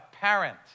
parent